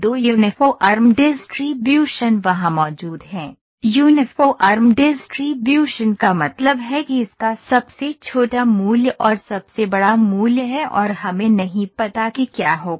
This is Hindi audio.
दो यूनिफ़ॉर्म डिस्ट्रीब्यूशन वहां मौजूद हैं यूनिफ़ॉर्म डिस्ट्रीब्यूशन का मतलब है कि इसका सबसे छोटा मूल्य और सबसे बड़ा मूल्य है और हमें नहीं पता कि क्या होगा